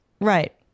right